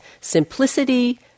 Simplicity